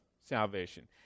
salvation